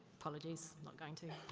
apologies, not going to.